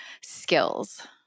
skills